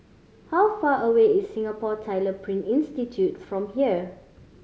how far away is Singapore Tyler Print Institute from here